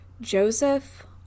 joseph